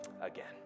again